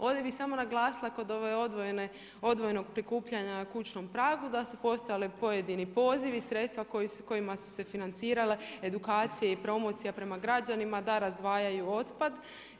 Ovdje bi samo naglasila kod ove odvojenog prikupljanja na kućnom pragu da su postojali pojedini pozivi, sredstva kojima su se financirale edukacija i promocija prema građanima da razdvajaju otpad.